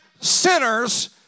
sinners